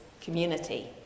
community